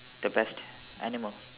the best animal